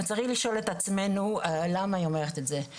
וצריך לשאול את עצמנו למה היא אומרת את זה.